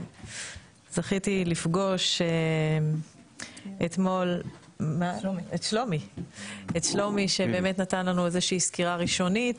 זכיתי לפגוש אתמול את שלומי שבאמת נתן לנו סקירה ראשונית,